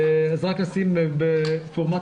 כך אנחנו מתחילים את הבוקר, זאת תמונת